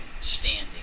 standing